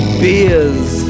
beers